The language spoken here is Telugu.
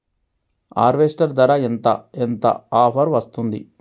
హార్వెస్టర్ ధర ఎంత ఎంత ఆఫర్ వస్తుంది?